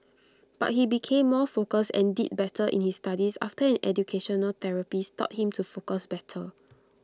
but he became more focused and did better in his studies after an educational therapist taught him to focus better